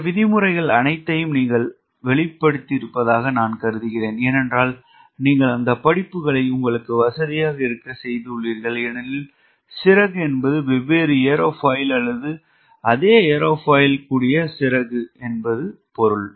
இந்த விதிமுறைகள் அனைத்தையும் நீங்கள் வெளிப்படுத்தியிருப்பதாக நான் கருதுகிறேன் ஏனென்றால் நீங்கள் அந்த படிப்புகளை உங்களுக்கு வசதியாக இருக்கச் செய்துள்ளீர்கள் ஏனெனில் சிறகு என்பது வெவ்வேறு ஏரோஃபாயில் அல்லது அதே ஏரோஃபாயில் கூடிய சிறகு என்று பொருள்